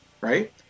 right